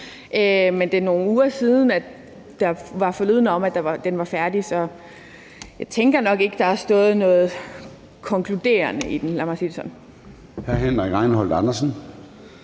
den, men for nogle uger siden var der forlydender om, at den var færdig, så jeg tænker nok ikke, at der har stået noget konkluderende i den.